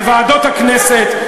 בוועדות הכנסת,